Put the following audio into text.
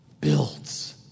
builds